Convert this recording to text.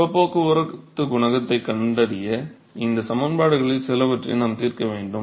வெப்பப் போக்குவரத்துக் குணகத்தைக் கண்டறிய இந்தச் சமன்பாடுகளில் சிலவற்றை நாம் தீர்க்க வேண்டும்